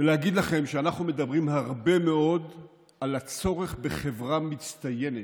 ולהגיד לכם שאנחנו מדברים הרבה מאוד על הצורך בחברה מצטיינת,